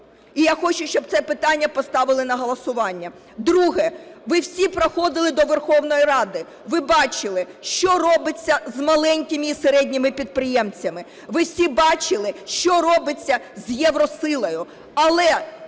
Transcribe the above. І я хочу, щоб це питання поставили на голосування. Друге. Ви всі проходили до Верховної Ради, ви бачили, що робиться з маленькими і середніми підприємцями, ви всі бачили, що робиться з "Євросилою", але